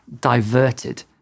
diverted